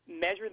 measure